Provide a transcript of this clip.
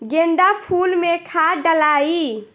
गेंदा फुल मे खाद डालाई?